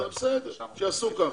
בסדר, שיעשו ככה.